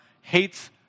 hates